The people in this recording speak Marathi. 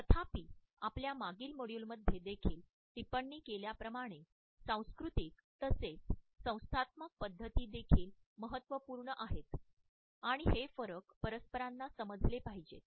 तथापि आपल्या मागील मॉड्यूलमध्ये देखील टिप्पणी केल्याप्रमाणे सांस्कृतिक तसेच संस्थात्मक पद्धती देखील महत्त्वपूर्ण आहेत आणि हे फरक परस्परांना समजले पाहिजेत